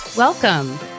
Welcome